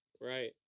Right